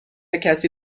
کسی